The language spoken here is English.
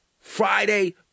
Friday